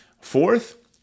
Fourth